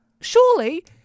Surely